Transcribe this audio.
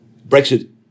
Brexit